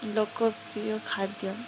ଲୋକପ୍ରିୟ ଖାଦ୍ୟ